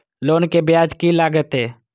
Loan के ब्याज की लागते?